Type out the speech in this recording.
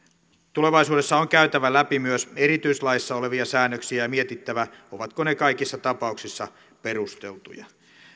tulevaisuudessa on käytävä läpi myös erityislaeissa olevia säännöksiä ja mietittävä ovatko ne kaikissa tapauksissa perusteltuja